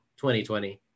2020